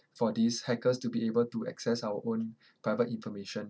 for these hackers to be able to access our own private information